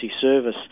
service